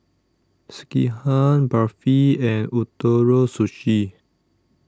Sekihan Barfi and Ootoro Sushi